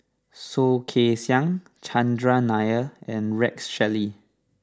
Soh Kay Siang Chandran Nair and Rex Shelley